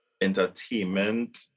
entertainment